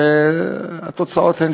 והתוצאות הן